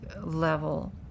level